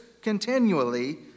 continually